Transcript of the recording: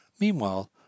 Meanwhile